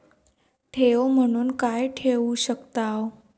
ठेव म्हणून काय ठेवू शकताव?